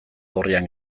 gorrian